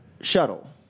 shuttle